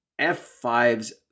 F5's